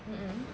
mmhmm